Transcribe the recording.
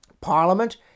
Parliament